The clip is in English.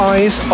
Eyes